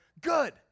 good